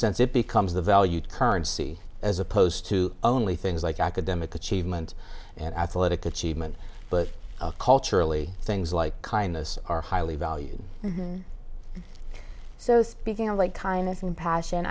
sense it becomes a valued currency as opposed to only things like academic achievement and athletic achievement but culturally things like kindness are highly valued so speaking of like kind of